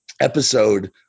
episode